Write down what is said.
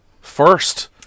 First